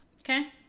okay